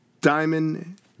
Diamond